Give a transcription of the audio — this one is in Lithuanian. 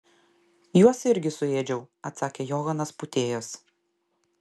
juos irgi suėdžiau atsakė johanas pūtėjas